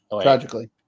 tragically